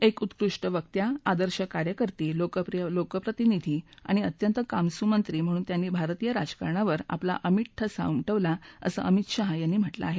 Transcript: एक उत्कृष्ट वकत्या आदर्श कार्यकर्ती लोकप्रिय लोकप्रतिनिधी आणि अंत्यत कामसू मंत्री म्हणून त्यांनी भारतीय राजकारणावर आपला अमीट ठसा उमटवला असं अमीत शहा यांनी म्हटलं आहे